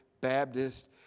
Baptist